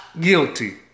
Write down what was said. guilty